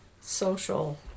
social